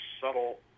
subtle